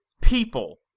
People